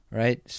right